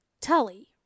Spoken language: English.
Tully